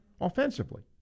offensively